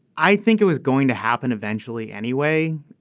i think it was going to happen eventually anyway.